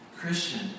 Christian